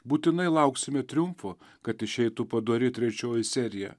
būtinai lauksime triumfo kad išeitų padori trečioji serija